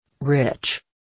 Rich